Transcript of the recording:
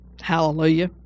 Hallelujah